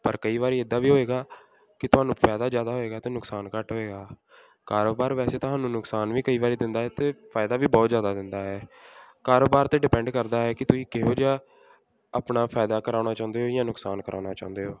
ਪਰ ਕਈ ਵਾਰੀ ਇੱਦਾਂ ਵੀ ਹੋਏਗਾ ਕਿ ਤੁਹਾਨੂੰ ਫਾਇਦਾ ਜ਼ਿਆਦਾ ਹੋਏਗਾ ਅਤੇ ਨੁਕਸਾਨ ਘੱਟ ਹੋਏਗਾ ਕਾਰੋਬਾਰ ਵੈਸੇ ਤੁਹਾਨੂੰ ਨੁਕਸਾਨ ਵੀ ਕਈ ਵਾਰੀ ਦਿੰਦਾ ਹੈ ਅਤੇ ਫਾਇਦਾ ਵੀ ਬਹੁਤ ਜ਼ਿਆਦਾ ਦਿੰਦਾ ਹੈ ਕਾਰੋਬਾਰ 'ਤੇ ਡਿਪੈਂਡ ਕਰਦਾ ਹੈ ਕਿ ਤੁਸੀਂ ਕਿਹੋ ਜਿਹਾ ਆਪਣਾ ਫਾਇਦਾ ਕਰਾਉਣਾ ਚਾਹੁੰਦੇ ਹੋ ਜਾਂ ਨੁਕਸਾਨ ਕਰਾਉਣਾ ਚਾਹੁੰਦੇ ਹੋ